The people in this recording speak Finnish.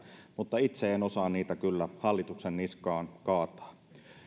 mutta itse en osaa niitä kyllä hallituksen niskaan kaataa